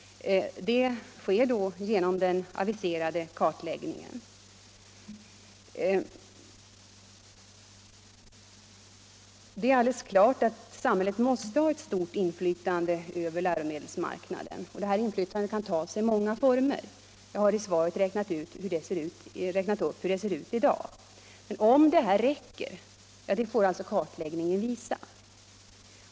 Det sker genom den aviserade kartläggningen. Det är alldeles klart att samhället måste ha stort inflytande över läromedelsmarknaden, men det kan ta sig många uttryck. Jag har i svaret redogjort för hur inflytandet ser ut i dag, men om detta räcker får alltså kartläggningen utvisa.